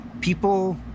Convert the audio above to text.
people